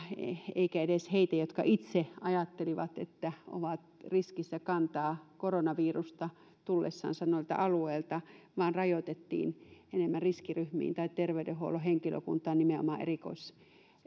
eikä edes heitä jotka itse ajattelivat että ovat riskissä kantaa koronavirusta tullessansa noilta alueilta vaan rajoitettiin enemmän riskiryhmiin tai terveydenhuollon henkilökuntaan nimenomaan